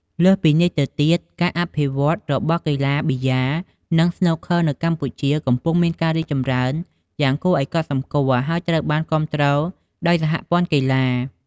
លើសពីនេះទៅទៀតការអភិវឌ្ឍន៍របស់ កីឡាប៊ីយ៉ានិង ស្នូកឃ័រនៅកម្ពុជា កំពុងមានការរីកចម្រើនយ៉ាងគួរឱ្យកត់សម្គាល់ ហើយត្រូវបានគាំទ្រដោយសហព័ន្ធកីឡា។